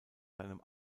seinem